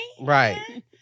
Right